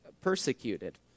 persecuted